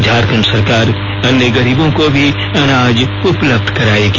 झारखंड सरकार अन्य गरीबों को भी अनाज उपलब्ध कराएगी